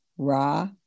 Ra